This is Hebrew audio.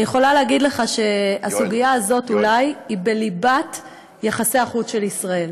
אני יכולה להגיד לך שהסוגיה הזו היא אולי בליבת יחסי החוץ של ישראל.